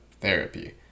therapy